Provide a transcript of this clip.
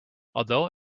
although